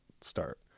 start